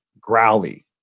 growly